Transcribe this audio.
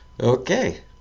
okay